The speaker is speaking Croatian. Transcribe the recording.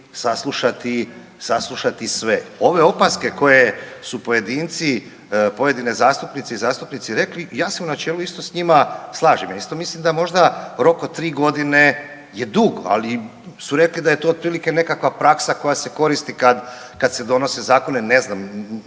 saslušati sve. Ove opaske koje su pojedinci, pojedine zastupnice i zastupnici rekli ja se u načelu isto s njima slažem. Ja isto mislim da možda rok od 3 godine je dug, ali su rekli da je to otprilike nekakva praksa koja se koristi kad, kad se donose zakoni, ne znam